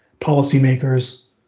policymakers